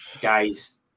guys